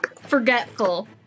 forgetful